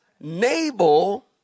Nabal